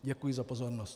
Děkuji za pozornost.